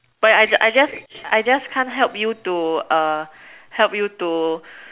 but I just I just I just can't help you to help you to